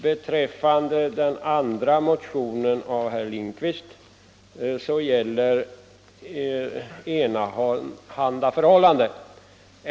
Beträffande den andra motionen av herr Lindkvist gäller enahanda förhållande.